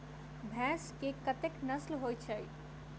भैंस केँ कतेक नस्ल होइ छै?